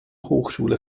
hochschule